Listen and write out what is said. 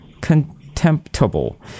contemptible